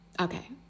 okay